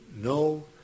No